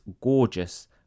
gorgeous